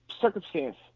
circumstance